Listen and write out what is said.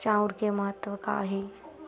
चांउर के महत्व कहां हे?